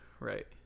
Right